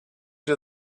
you